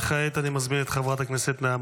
וכעת אני מזמין את חברת הכנסת נעמה